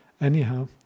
anyhow